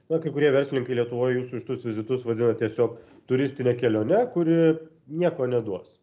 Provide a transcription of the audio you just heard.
na kai kurie verslininkai lietuvoj jūsų šitus vizitus vadina tiesiog turistine kelione kuri nieko neduos